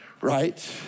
right